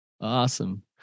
awesome